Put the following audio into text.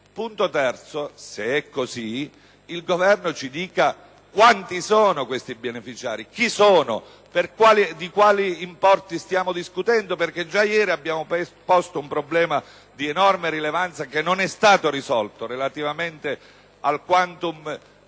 Infine, se così è, il Governo ci dica quanti e chi sono questi beneficiari e di quali importi stiamo discutendo, perché già ieri abbiamo sollevato un problema di enorme rilevanza, che non è stato risolto, relativamente al *quantum* di